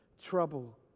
trouble